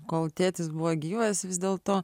kol tėtis buvo gyvas vis dėlto